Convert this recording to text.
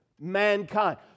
mankind